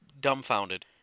dumbfounded